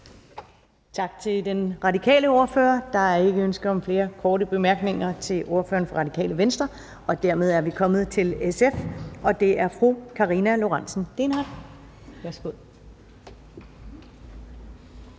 Tak til den radikale ordfører. Der er ikke ønsker om flere korte bemærkninger til ordføreren for Radikale Venstre, og dermed er vi kommet til SF's ordfører, og det er fru Karina Lorentzen Dehnhardt. Værsgo.